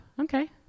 Okay